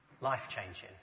life-changing